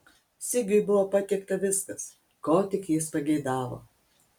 sigiui buvo patiekta viskas ko tik jis pageidavo